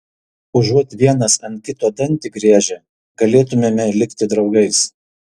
užuot vienas ant kito dantį griežę galėtumėme likti draugais